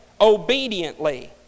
obediently